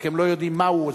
הם לא יודעים מה הוא עוזב.